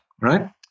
right